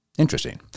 interesting